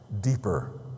deeper